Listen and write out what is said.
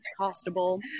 Costable